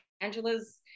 Angela's